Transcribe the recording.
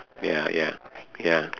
ya ya ya